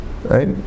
right